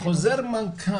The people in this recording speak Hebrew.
גברתי, חוזר מנכ"ל,